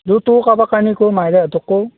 যৌ তয়ো কাৰোবাক কানি ক মায়েৰেহঁতক ক